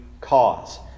cause